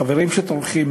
חברים טורחים,